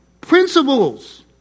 principles